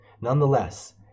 Nonetheless